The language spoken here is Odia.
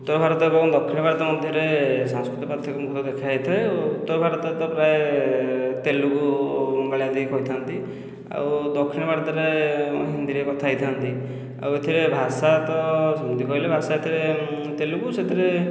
ଉତ୍ତର ଭାରତ ଏବଂ ଦକ୍ଷିଣ ଭାରତ ମଧ୍ୟରେ ସାଂସ୍କୃତିକ ପାର୍ଥକ୍ୟ ମଧ୍ୟ ଦେଖା ଯାଇଥାଏ ଓ ଉତ୍ତର ଭାରତରେ ତ ପ୍ରାୟ ତେଲୁଗୁ ଦେଇକି କହିଥାନ୍ତି ଆଉ ଦକ୍ଷିଣ ଭାରତରେ ହିନ୍ଦୀରେ କଥା ହୋଇଥାନ୍ତି ଆଉ ଏଥିରେ ଭାଷା ତ ସେମିତି କହିଲେ ଭାଷା ଏଥିରେ ତେଲୁଗୁ ସେଥିରେ